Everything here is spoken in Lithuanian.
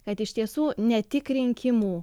kad iš tiesų ne tik rinkimų